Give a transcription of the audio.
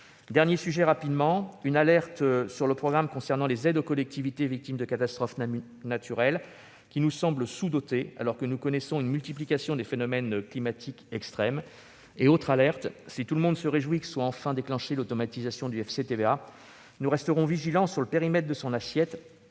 crise. Je souhaite lancer une alerte sur le programme concernant les aides aux collectivités victimes de catastrophes naturelles, qui nous semble sous-doté, alors que nous connaissons une multiplication des phénomènes climatiques extrêmes. Autre alerte : si tout le monde se réjouit que soit enfin déclenchée l'automatisation du FCTVA, nous resterons vigilants sur le périmètre de l'assiette,